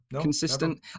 consistent